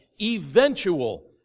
eventual